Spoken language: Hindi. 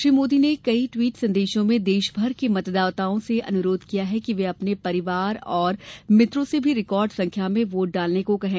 श्री मोदी ने कई टवीट संदेशों में देशभर के मतदाताओं से अनुरोध किया कि वे अपने परिवार और मित्रों से भी रिकॉर्ड संख्या में वोट डालने को कहें